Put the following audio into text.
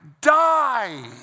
die